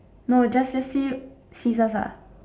no just say see~ scissors